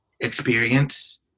experience